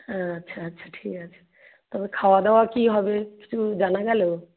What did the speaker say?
হ্যাঁ আচ্ছা আচ্ছা ঠিক আছে তবে খাওয়া দাওয়া কী হবে কিছু জানা গেল